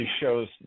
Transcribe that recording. shows